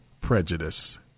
prejudice